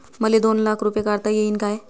मले दोन लाख रूपे काढता येईन काय?